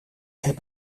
heb